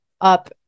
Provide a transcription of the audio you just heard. up